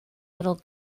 little